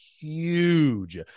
huge